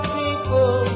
people